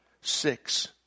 six